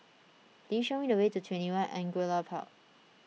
please show me the way to twenty one Angullia Park